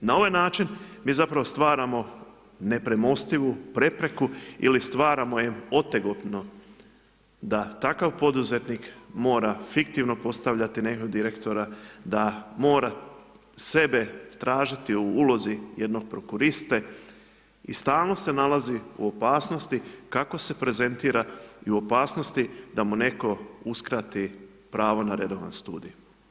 Na ovaj način, mi zapravo stvaramo nepremostivu prepreku ili stvaramo im otegnuto da takav poduzetnik mora fiktivno postaviti nekog direktora, da mora sebe tražiti u ulozi jednog prokuriste, i stalno se nalazi u opasnosti kako se prezentira i u opasnosti da mu netko uskrati pravo na redovan studij.